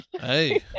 Hey